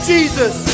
Jesus